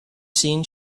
seen